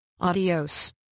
Adios